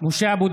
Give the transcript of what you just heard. (קורא בשמות